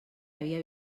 havia